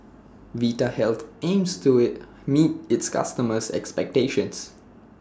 Vitahealth aims to IT meet its customers' expectations